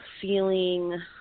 feeling